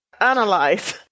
analyze